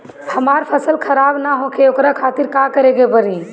हमर फसल खराब न होखे ओकरा खातिर का करे के परी?